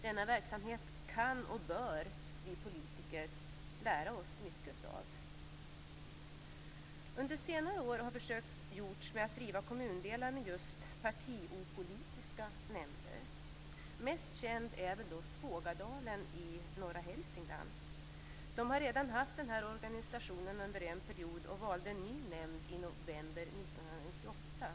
Denna verksamhet kan och bör vi politiker lära oss mycket av. Under senare år har försök gjorts att driva kommundelar med just partiopolitiska nämnder. Mest känd är väl Svågadalen i norra Hälsingland. Där har man redan haft denna organisation under en period, och man valde en ny nämnd i november 1998.